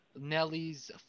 Nelly's